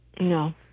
No